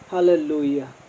Hallelujah